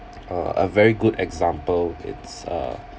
a a very good example is uh